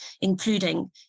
including